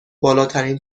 بالاترین